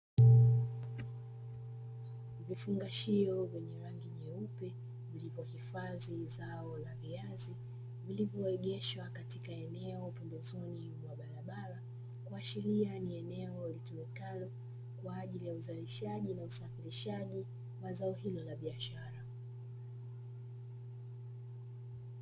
Vifungashio vyenye rangi nyeupe vilivyohifadhi zao la viazi vilivyoegeshwa katika eneo pembezoni mwa eneo la barabara, kuashiria ni eneo litumikalo kwa ajili ya uzalishaji na usafirishaji wa zao hilo la biashara.